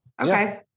Okay